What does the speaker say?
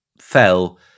fell